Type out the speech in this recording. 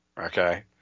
Okay